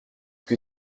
que